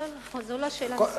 לא נכון, זו לא שאלה נוספת.